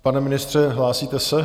Pane ministře, hlásíte se?